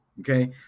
Okay